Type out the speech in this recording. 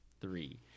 three